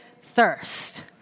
thirst